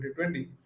2020